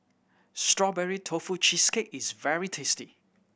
Strawberry Tofu Cheesecake is very tasty